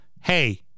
Hey